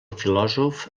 filòsof